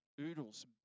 oodles